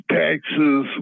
taxes